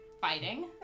fighting